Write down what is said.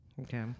Okay